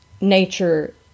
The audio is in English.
nature